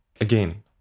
Again